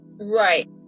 right